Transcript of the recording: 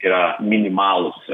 yra minimalūs